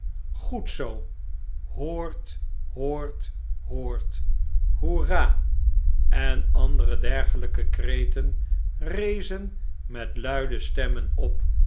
goed zoo hoort hoort hoort hoera en andere dergelljke kreten rezen met luide stemmen op